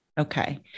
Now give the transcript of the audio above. Okay